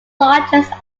largest